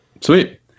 Sweet